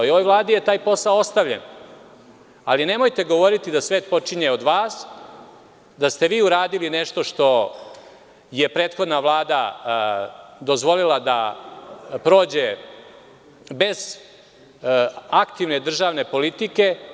Ovoj Vladi je taj posao ostavljen, ali nemojte govoriti da svet počinje od vas, da ste vi uradili nešto što je prethodna Vlada dozvolila da prođe bez aktivne državne politike.